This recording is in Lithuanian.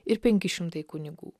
ir penki šimtai kunigų